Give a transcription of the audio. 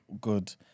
good